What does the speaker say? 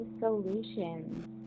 Solutions